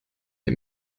der